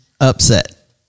upset